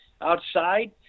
outside